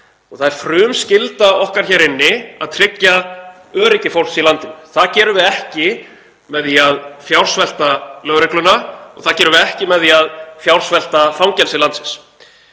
Það er frumskylda okkar hér inni að tryggja öryggi fólks í landinu. Það gerum við ekki með því að fjársvelta lögregluna og það gerum við ekki með því að fjársvelta fangelsi landsins.